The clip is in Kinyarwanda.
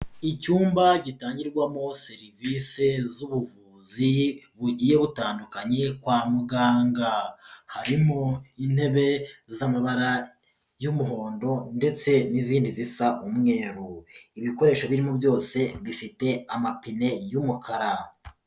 Icyumba gitangirwamo serivisi z'ubuvuzi bugiye butandukanye kwa muganga, harimo intebe z'amabara y'umuhondo ndetse n'izindi zisa umweru, ibikoresho birimo byose bifite amapine y'umukara.